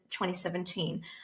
2017